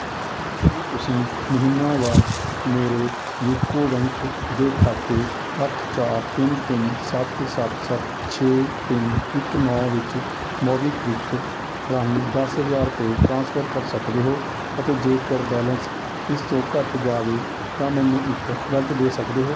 ਕੀ ਤੁਸੀਂ ਮਹੀਨਾਵਾਰ ਮੇਰੇ ਯੂਕੋ ਬੈਂਕ ਦੇ ਖਾਤੇ ਅੱਠ ਚਾਰ ਤਿੰਨ ਤਿੰਨ ਸੱਤ ਸੱਤ ਸੱਤ ਛੇ ਤਿੰਨ ਇੱਕ ਨੌ ਵਿੱਚ ਮੋਬੀਕਵਿਕ ਰਾਹੀਂ ਦਸ ਹਜ਼ਾਰ ਰੁਪਏ ਟਰਾਂਸਫਰ ਕਰ ਸਕਦੇ ਹੋ ਅਤੇ ਜੇਕਰ ਬੈਲੇਂਸ ਇਸ ਤੋਂ ਘੱਟ ਜਾਵੇ ਤਾਂ ਮੈਨੂੰ ਇੱਕ ਅਲਰਟ ਦੇ ਸਕਦੇ ਹੋ